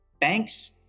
Banks